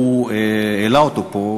שהוא העלה פה,